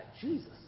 Jesus